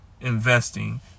investing